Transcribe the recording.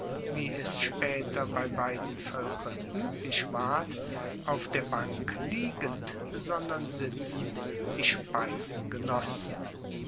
wie es spaeter bei beiden voelkern ueblich ward auf der bank liegend sondern sitzend die speisen genossen